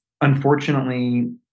unfortunately